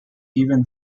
even